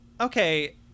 Okay